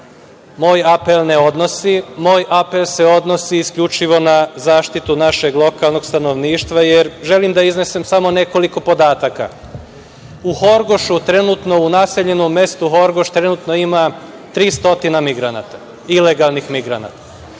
moj apel ne odnosi. Moj apel se odnosi isključivo na zaštitu našeg lokalnog stanovništva, jer želim da iznesem samo nekoliko podataka.U Horgošu trenutno u naseljenom mestu Horgoš trenutno ima 300 migranata, ilegalnih migranata.